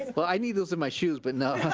and well i need those in my shoes, but no.